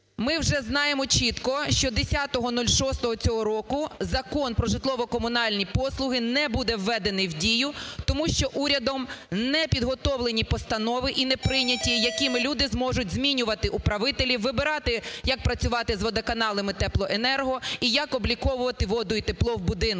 Ми вже знаємо чітко, що 10.06-го цього року Закон "Про житлово-комунальні послуги" не буде введений в дію, тому що урядом не підготовлені постанови і не прийняті, якими люди зможуть змінювати управителів, вибирати, як працювати з водоканалами і теплоенерго і як обліковувати воду і тепло в будинках.